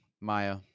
Maya